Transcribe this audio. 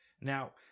Now